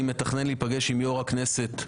אני מתכנן להיפגש עם יו"ר הכנסת,